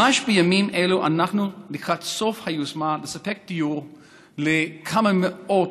ממש בימים אלו אנחנו לקראת סוף היוזמה לספק דיור לכמה מאות